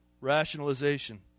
Rationalization